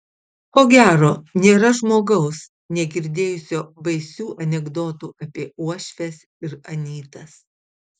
ko gero nėra žmogaus negirdėjusio baisių anekdotų apie uošves ir anytas